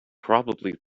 probably